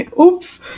oops